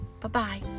Bye-bye